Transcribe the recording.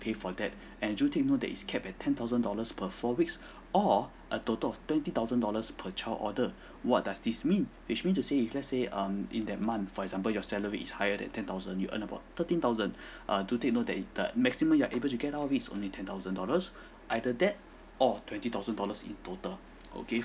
pay for that and do take note that is capped at ten thousand dollars per four weeks or a total of twenty thousand dollars per child order what does this mean which mean to say if let's say um in that month for example your salary is higher than ten thousand you earn about thirteen thousand err do take note that the maximum you're able to get out of this only ten thousand dollars either that or twenty thousand dollars in total okay